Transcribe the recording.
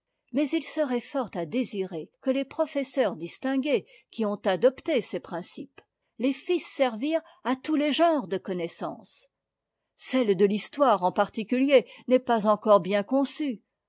mais il serait fort à désirer que les professeurs distingués qui ont adopté ses principes les fissent servir à tous les genres de connaissances celle de l'histoire en particulier n'est pas encore bien conçue